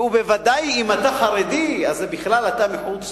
וודאי אם אתה חרדי, אז בכלל אתה מחוץ